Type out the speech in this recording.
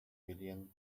million